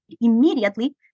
immediately